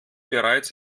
bereits